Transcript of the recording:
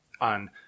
on